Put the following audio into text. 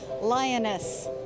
Lioness